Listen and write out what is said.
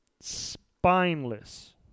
spineless